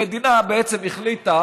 המדינה בעצם החליטה